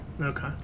okay